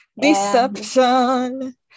Deception